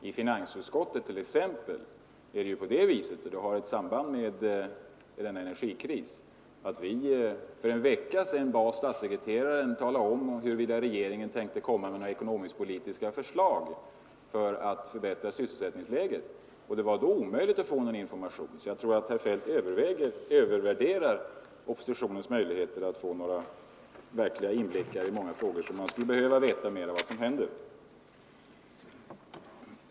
I finansutskottet t.ex. var det på det viset — och det har ett samband med denna energikris — att vi för en vecka sedan bad vederbörande statssekreterare tala om huruvida regeringen tänkte komma med några ekonomisk-politiska förslag för att förbättra sysselsättningsläget, och det var då omöjligt att få någon information. Jag tror därför att herr Feldt övervärderar oppositionens möjligheter att få några verkliga inblickar i många frågor där man av regeringen skulle behöva veta mera om vad som händer.